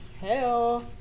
Hell